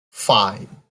five